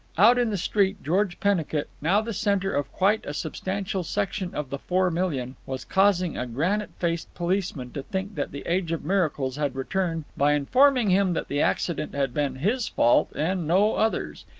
out in the street george pennicut, now the centre of quite a substantial section of the four million, was causing a granite-faced policeman to think that the age of miracles had returned by informing him that the accident had been his fault and no other's.